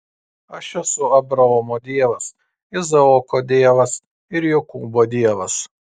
aš esu abraomo dievas izaoko dievas ir jokūbo dievas